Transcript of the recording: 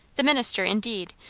the minister, indeed,